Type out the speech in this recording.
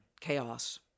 chaos